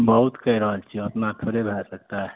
बहुत कहि रहल छियै ओतना थोड़े भए सकतै